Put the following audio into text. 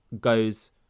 goes